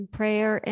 prayer